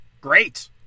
Great